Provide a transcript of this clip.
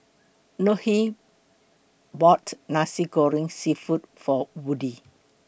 Nohely bought Nasi Goreng Seafood For Woodie